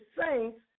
saints